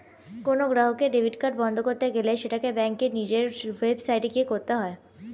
কোনো গ্রাহকের debit card বন্ধ করতে গেলে সেটাকে ব্যাঙ্কের নিজের ওয়েবসাইটে গিয়ে করতে হয়ে